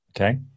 okay